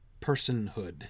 personhood